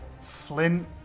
Flint